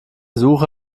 suche